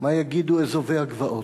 מה יגידו אזובי הגבעות.